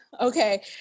Okay